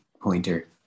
pointer